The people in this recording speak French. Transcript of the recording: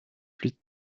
plus